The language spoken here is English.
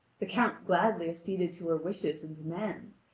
the count gladly acceded to her wishes and demands,